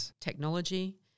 technology